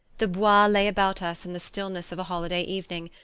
the bois lay about us in the stillness of a holiday evening,